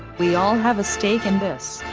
we all have a stake in this.